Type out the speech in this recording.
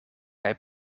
kaj